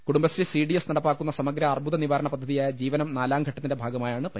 കുടും ബശ്രീ സിഡിഎസ് നടപ്പാക്കുന്ന സമഗ്ര അർബുദ നിവാരണ പദ്ധ തിയായ ജീവനം നാലാഘട്ടത്തിന്റെ ഭാഗമായാണ് പരിപാടികൾ